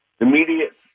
immediate